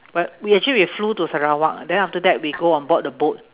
whe~ we actually we flew to sarawak then after that we go on board the boat